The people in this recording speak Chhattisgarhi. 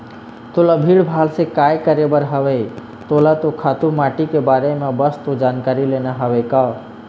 तोला भीड़ भाड़ से काय करे बर हवय तोला तो खातू माटी के बारे म बस तो जानकारी लेना हवय का